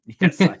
yes